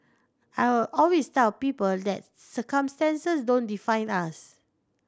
I always tell people that circumstances don't define us